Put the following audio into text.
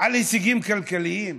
הישגים כלכליים?